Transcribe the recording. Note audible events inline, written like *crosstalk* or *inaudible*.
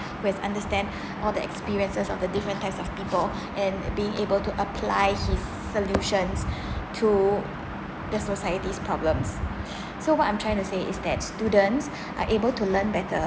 who has understand all the experiences of the different types of people and being able to apply his solutions *breath* to the societies problems *breath* so what I'm trying to say is that students are able to learn better